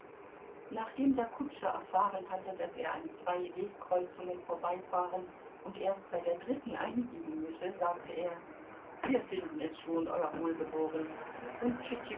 nachdem der kutscher erfahren hatte daß er an zwei wegkreuzungen vorbeifahren und erst bei der dritten einbiegen müsse sagte er wir finden es schon euer wohlgeboren und